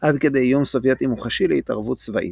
עד כדי איום סובייטי מוחשי להתערבות צבאית.